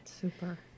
super